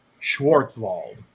Schwartzwald